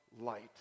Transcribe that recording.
light